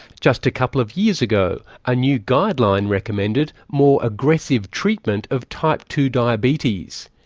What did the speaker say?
just a couple of years ago a new guideline recommended more aggressive treatment of type two diabetes,